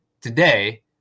Today